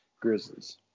Grizzlies